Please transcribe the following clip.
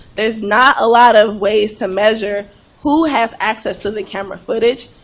there's not a lot of ways to measure who has access to the camera footage.